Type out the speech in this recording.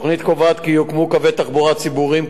התוכנית קובעת כי יוקמו קווי תחבורה ציבוריים,